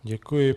Děkuji.